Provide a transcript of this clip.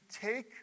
take